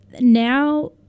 now